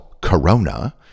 Corona